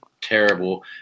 terrible